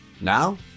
Now